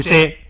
a